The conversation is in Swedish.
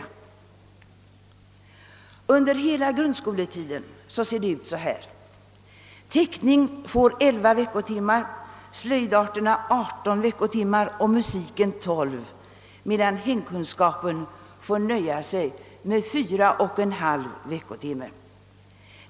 Under hela grundskoletiden ser det ut så här: teckning får 11 veckotimmar, slöjdarterna 16 och musiken 12 medan hemkunskapen får nöja sig med 41/2 veckotimmar.